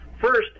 first